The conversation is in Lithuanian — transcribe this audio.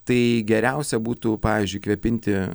tai geriausia būtų pavyzdžiui kvėpinti